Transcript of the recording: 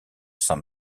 saint